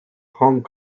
hong